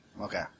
Okay